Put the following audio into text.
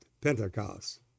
Pentecost